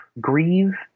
grieve